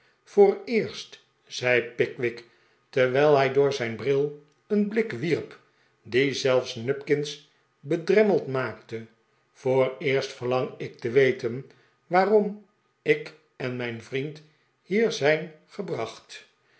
vooreerst zei pickwick terwijl hij door zijn bril een blik wierp die zelfs nupkins bedremmeld maakte vooreerst verlang ik te weten waarom ik en mijn vriend hier zijn gebracht